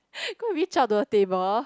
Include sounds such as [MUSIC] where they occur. [BREATH] go and reach out to the table